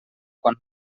quan